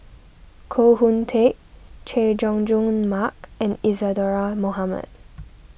Koh Hoon Teck Chay Jung Jun Mark and Isadhora Mohamed